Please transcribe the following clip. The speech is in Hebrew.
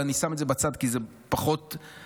אבל אני שם את זה בצד כי זה פחות ה-issue.